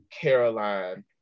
Caroline